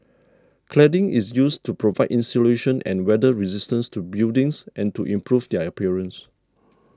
cladding is used to provide insulation and weather resistance to buildings and to improve their appearance